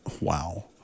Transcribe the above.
Wow